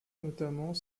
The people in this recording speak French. notamment